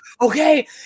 okay